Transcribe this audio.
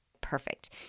Perfect